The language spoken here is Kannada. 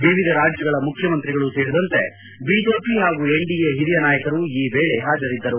ವಿವಿಧ ರಾಜ್ಗಳ ಮುಖ್ಯಮಂತ್ರಿಗಳೂ ಸೇರಿದಂತೆ ಬಿಜೆಪಿ ಹಾಗೂ ಎನ್ಡಿಎ ಹಿರಿಯ ನಾಯಕರು ಈ ವೇಳೆ ಹಾಜರಿದ್ದರು